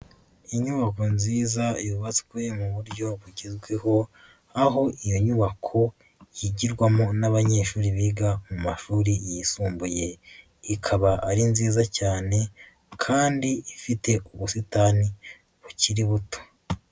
Inyubako nziza yubatswe mu buryo bugezweho, aho iyo nyubako yigirwamo n'abanyeshuri biga mu mashuri yisumbuye. Ikaba ari nziza cyane kandi ifite ubusitani bukiri buto.